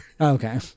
Okay